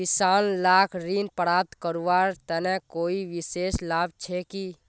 किसान लाक ऋण प्राप्त करवार तने कोई विशेष लाभ छे कि?